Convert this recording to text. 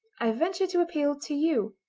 i venture to appeal to you.